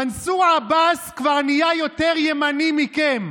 מנסור עבאס כבר נהיה יותר ימני מכם.